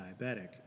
diabetic